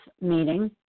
meeting